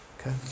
okay